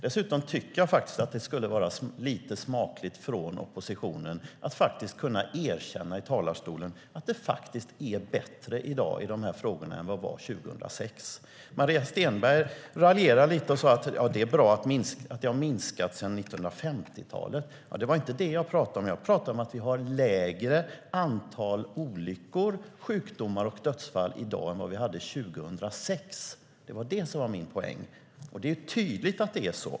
Dessutom tycker jag att det vore smakfullt av oppositionen att i talarstolen kunna erkänna att det faktiskt är bättre i de här frågorna i dag än det var 2006. Maria Stenberg raljerade lite och sade att det är bra att det har minskat sedan 1950-talet. Det var inte det jag talade om, utan jag talade om att vi har lägre antal olyckor, sjukdomar och dödsfall i dag än vi hade 2006. Det var det som var min poäng. Det är tydligt att det är så.